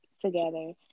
together